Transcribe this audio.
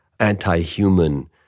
anti-human